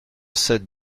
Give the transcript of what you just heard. sept